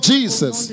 Jesus